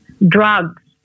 Drugs